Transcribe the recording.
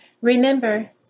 Remember